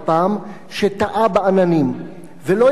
שטעה בעננים ולא ידע איפה הוא.